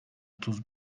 otuz